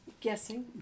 Guessing